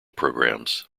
problems